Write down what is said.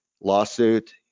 lawsuit